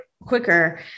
quicker